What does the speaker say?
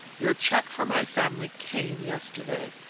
your cheque for my family came yesterday.